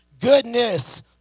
goodness